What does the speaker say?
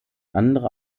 andere